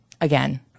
again